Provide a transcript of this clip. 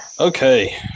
Okay